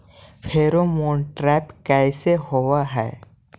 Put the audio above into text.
Pheromone trap कैसे होब हई?